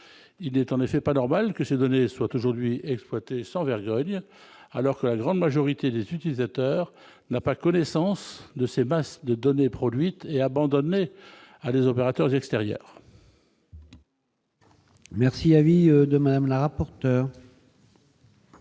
il est en effet pas normal que ces données soient aujourd'hui exploité sans vergogne, alors que la grande majorité des utilisateurs n'a pas connaissance de ces bases de données produites et abandonnée à des opérateurs extérieurs. Merci à vie de madame la rapporteure.